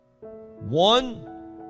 One